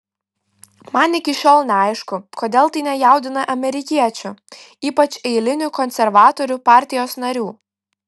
man iki šiol neaišku kodėl tai nejaudina amerikiečių ypač eilinių konservatorių partijos narių